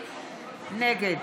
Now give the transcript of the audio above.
נגד